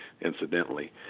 incidentally